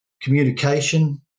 communication